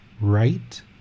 right